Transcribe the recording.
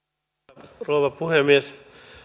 arvoisa rouva puhemies